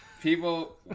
People